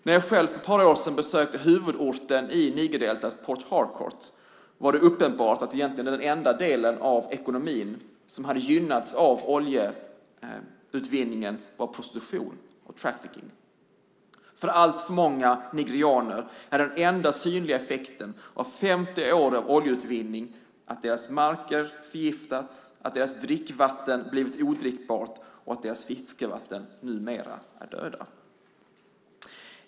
När jag själv för ett par år sedan besökte huvudorten i Nigerdeltat Port Harcourt var det uppenbart att den enda del av ekonomin som hade gynnats av oljeutvinningen var prostitution och trafficking. För allt för många nigerianer är den enda synliga effekten av 50 år av oljeutvinning att deras marker förgiftats, att deras dricksvatten blivit odrickbart och att deras fiskevatten numera är döda.